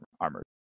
armored